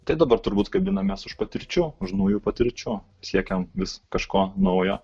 tai dabar turbūt kabinamės už patirčių už naujų patirčių siekiam vis kažko naujo